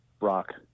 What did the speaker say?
rock